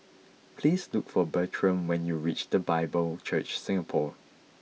please look for Bertram when you reach The Bible Church Singapore